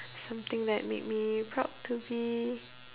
something that made me proud to be